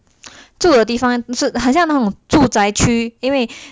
住的地方就是很像那种住宅区